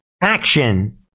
action